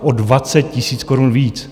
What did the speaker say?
O 20 tisíc korun víc.